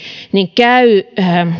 käy